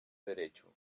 derecho